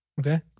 Okay